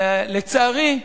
ולצערי,